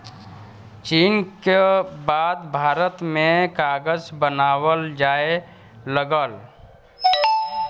चीन क बाद भारत में कागज बनावल जाये लगल